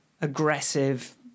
aggressive